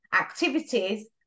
activities